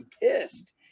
pissed